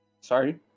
Sorry